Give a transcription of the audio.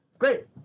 Great